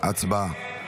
הצבעה.